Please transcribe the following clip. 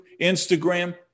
Instagram